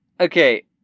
Okay